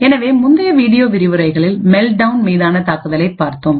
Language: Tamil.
எனவே முந்தைய வீடியோ விரிவுரைகளில் மெல்ட்டவுன் மீதான தாக்குதலைப் பார்த்தோம்